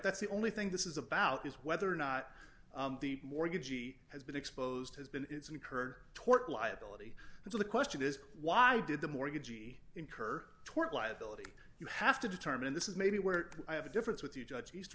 that's the only thing this is about is whether or not the mortgage he has been exposed has been incurred tort liability and so the question is why did the mortgage e incur tort liability you have to determine this is maybe where i have a difference with the judge easter